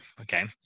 okay